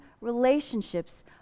relationships